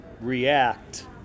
react